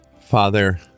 father